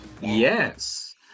yes